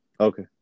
okay